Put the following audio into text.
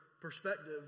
perspective